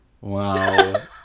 wow